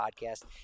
podcast